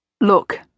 Look